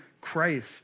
Christ